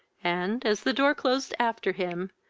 and, as the door closed after him,